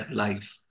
life